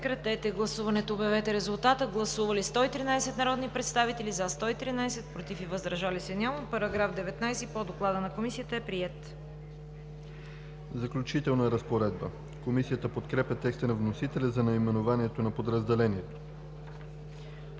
„Заключителна разпоредба“. Комисията подкрепя текста на вносителя за наименованието на подразделението.